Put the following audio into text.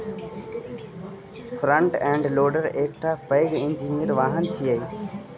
front end loader एकटा पैघ engineering वाहन छियै